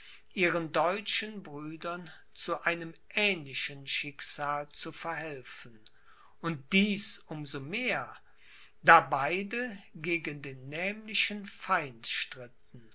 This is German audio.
ihren deutschen brüdern zu einem ähnlichen schicksal zu verhelfen und dies um so mehr da beide gegen den